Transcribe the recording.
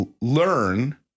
learn